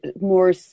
more